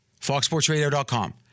FoxSportsRadio.com